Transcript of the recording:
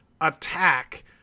attack